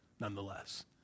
nonetheless